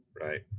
Right